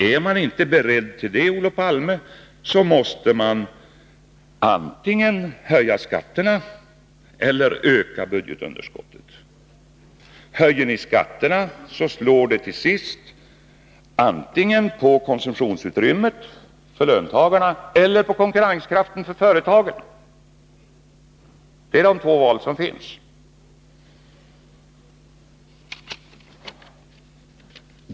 Är man inte beredd att göra det, Olof Palme, måste man antingen höja skatterna eller öka budgetunderskottet. Höjer ni skatterna, slår det antingen på konsumtionsutrymmet för löntagarna eller på konkurrenskraften för företagen. Det är de två val som finns.